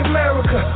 America